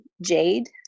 Jade